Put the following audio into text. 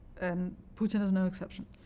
and putin is no exception.